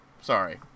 Sorry